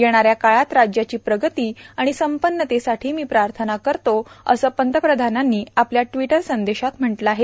येणाऱ्या काळात राज्याची प्रगती आणि संपन्नतेसाठी मी प्रार्थना करतो असं पंतप्रधानांनी आपल्या ट्वीट संदेशात म्हटलं आहे